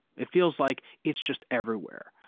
it feels like it's just everywhere.